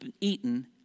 eaten